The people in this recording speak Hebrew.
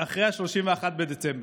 אחרי 31 בדצמבר.